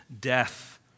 death